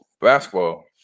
basketball